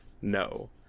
No